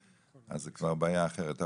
אז זו כבר בעיה אחרת.